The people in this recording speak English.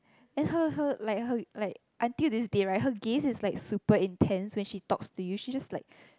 and her her like her like until this day right her gaze is like super intense when she talks to you she just like